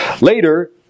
Later